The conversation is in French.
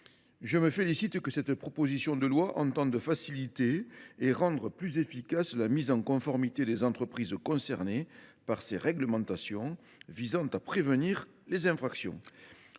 je me félicite que cette proposition de loi tende à faciliter et à rendre plus efficace la mise en conformité des entreprises concernées par ces réglementations visant à prévenir les infractions.